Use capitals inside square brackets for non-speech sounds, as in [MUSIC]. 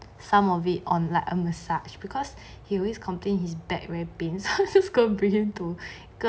some of it on like a massage because he always complain his back really pain [LAUGHS] so I'm just going to bring him to